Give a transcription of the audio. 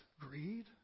greed